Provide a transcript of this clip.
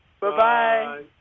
Bye-bye